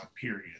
period